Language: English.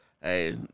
Hey